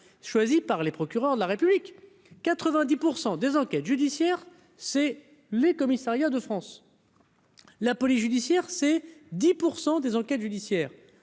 choisi par les procureurs de la République 90 pour 100 des enquêtes judiciaires, c'est les commissariats de France, la police judiciaire, c'est 10 pour 100 des enquêtes judiciaires,